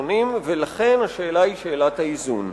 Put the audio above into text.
השאלה היא שאלת האיזון.